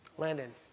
Landon